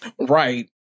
Right